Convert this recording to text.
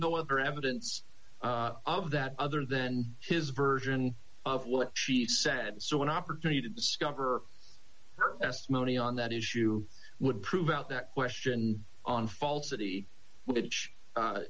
no other evidence of that other than his version of what she said so an opportunity to discover money on that issue would prove out that question on falsity which